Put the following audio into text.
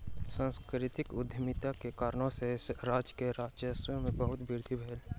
सांस्कृतिक उद्यमिता के कारणेँ सॅ राज्य के राजस्व में बहुत वृद्धि भेल